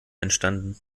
entstanden